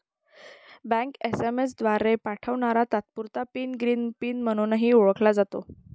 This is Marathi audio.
बँक एस.एम.एस द्वारे पाठवणारा तात्पुरता पिन ग्रीन पिन म्हणूनही ओळखला जातो